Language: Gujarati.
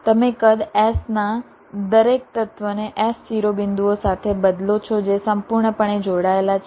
તમે કદ s ના દરેક તત્વને s શિરોબિંદુઓ સાથે બદલો છો જે સંપૂર્ણપણે જોડાયેલા છે